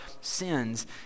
sins